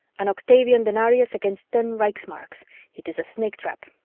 an octavian denarius against ten reichsmarks it is a snake trap.